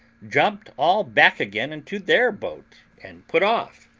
jumped all back again into their boat, and put off,